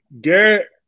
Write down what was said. Garrett